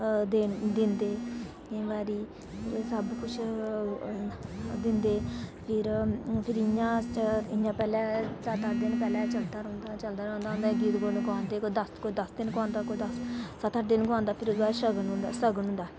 दिंदे केंई बारी एह् सब कुछ दिंदे फिर इयां अस इयां पहले सत अट्ठ दिन पहले चलदा रोंहदा चलदा रौंहदा गीत गुआंदे कोई दस दिन गुआंदा कोई सत अट्ठ दिन गुआंदा फिर ओहदे बाद सगन होंदा सगन होंदा